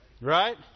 Right